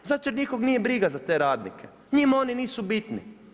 Ne, zato jer nikog nije briga za te radnike, njima oni nisu bitni.